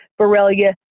Borrelia